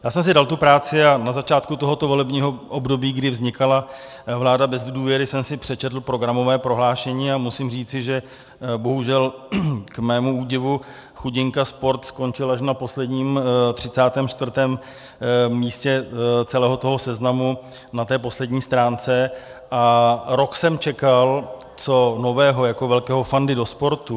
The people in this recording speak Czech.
Já jsem si dal tu práci a na začátku tohoto volebního období, kdy vznikala vláda bez důvěry, jsem si přečetl programové prohlášení a musím říci, že bohužel k mému údivu chudinka sport skončil až na posledním, 34. místě celého toho seznamu, na té poslední stránce, a rok jsem čekal, co nového, jako velký fanda do sportu.